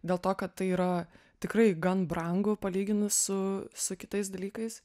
dėl to kad tai yra tikrai gan brangu palyginus su su kitais dalykais